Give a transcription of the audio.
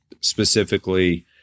specifically